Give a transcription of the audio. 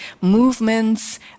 Movements